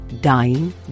dying